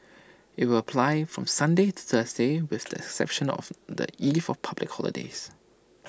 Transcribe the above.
IT will apply from Sunday to Thursday with the exception of the eve of public holidays